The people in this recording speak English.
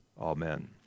Amen